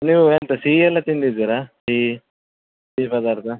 ನೀವು ಎಂಥ ಸಿಹಿ ಎಲ್ಲ ತಿಂದಿದ್ರಾ ಸಿಹಿ ಸಿಹಿ ಪದಾರ್ಥ